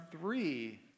three